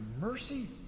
mercy